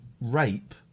rape